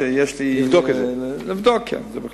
תודה רבה.